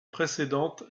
précédente